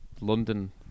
London